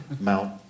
Mount